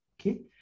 Okay